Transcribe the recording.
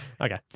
okay